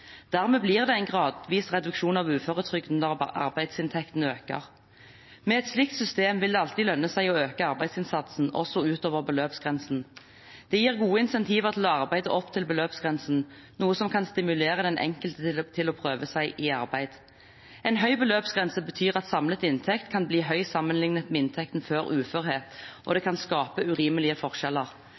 Dermed blir det en gradvis reduksjon av uføretrygden når arbeidsinntekten øker. Med et slikt system vil det alltid lønne seg å øke arbeidsinnsatsen, også ut over beløpsgrensen. Det gir gode insentiver til å arbeide opp til beløpsgrensen, noe som kan stimulere den enkelte til å prøve seg i arbeid. En høy beløpsgrense betyr at samlet inntekt kan bli høy sammenliknet med inntekten før uførhet og det kan skape urimelige forskjeller.